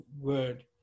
word